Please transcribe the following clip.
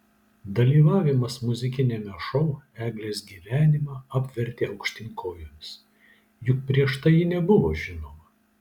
dalyvavimas muzikiniame šou eglės gyvenimą apvertė aukštyn kojomis juk prieš tai ji nebuvo žinoma